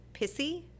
Pissy